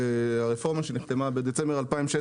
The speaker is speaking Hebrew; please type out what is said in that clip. שנחתמה בדצמבר 2016,